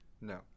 No